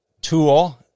tool